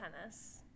tennis